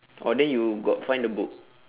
oh then you got find the book